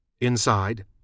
Inside